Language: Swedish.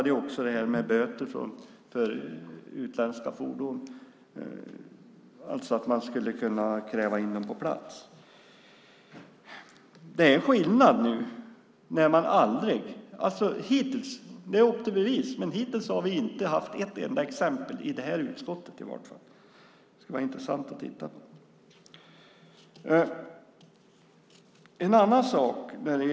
Det gällde också böter för utländska fordon och att man skulle kunna kräva in dem på plats. Det är en skillnad nu när man hittills aldrig - upp till bevis! - har haft ett enda exempel i det här utskottet i varje fall. Det skulle vara intressant att titta på det.